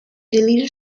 deleted